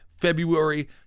February